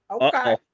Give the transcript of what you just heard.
Okay